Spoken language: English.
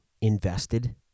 invested